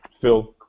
Phil